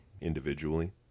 individually